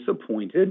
disappointed